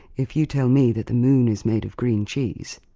if you tell me that the moon is made of green cheese,